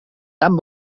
tan